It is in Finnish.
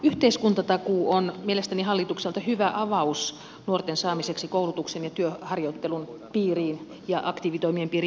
yhteiskuntatakuu on mielestäni hallitukselta hyvä avaus nuorten saamiseksi koulutuksen ja työharjoittelun piiriin ja aktiivitoimien piiriin ylipäätäänkin